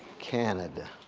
canada.